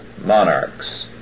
monarchs